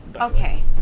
Okay